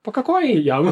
pakojai jam